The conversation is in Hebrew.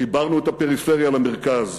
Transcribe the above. חיברנו את הפריפריה למרכז,